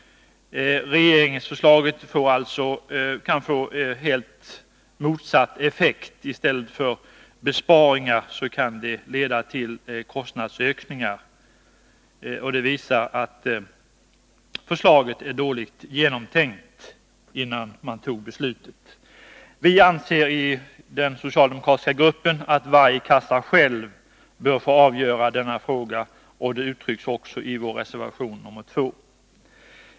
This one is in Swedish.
Regeringsförslaget kan alltså få helt motsatt effekt. I stället för besparingar kan det leda till kostnadsökningar. Det visar att förslaget är dåligt genomtänkt. Vi anser i den socialdemokratiska gruppen att varje kassa själv bör få avgöra denna fråga, och det uttrycks i reservation nr 2.